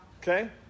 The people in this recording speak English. Okay